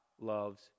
loves